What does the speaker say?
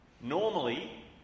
Normally